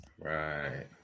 Right